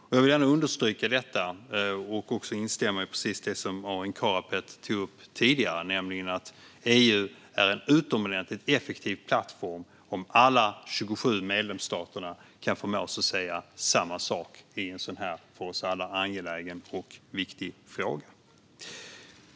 Låt mig understryka detta och även instämma i det Arin Karapet tog upp: EU är en utomordentligt effektiv plattform om alla 27 medlemsstater kan förmås att säga samma sak i en sådan här för oss alla angelägen och viktig fråga.